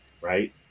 right